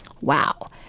Wow